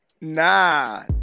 Nah